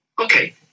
Okay